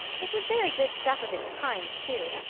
it was very good stuff of its kind, too.